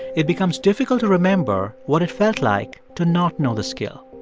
it becomes difficult to remember what it felt like to not know the skill.